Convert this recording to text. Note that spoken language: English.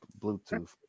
Bluetooth